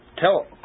tell